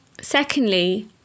Secondly